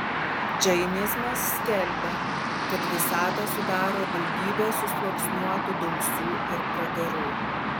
džainizmas skelbė kad visatą sudaro daugybė susluoksniuotų dausų ir pragarų